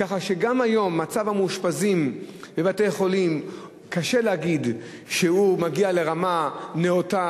כך שגם היום קשה לומר שמצב המאושפזים בבתי-חולים מגיע לרמה נאותה,